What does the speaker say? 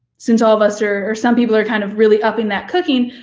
since all of us, or or some people, are kind of really upping that cooking,